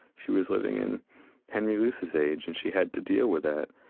she was living in henry luce's age, and she had to deal with that.